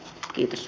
kiitos